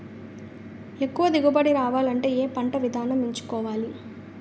ఎక్కువ దిగుబడి రావాలంటే ఏ పంట విధానం ఎంచుకోవాలి?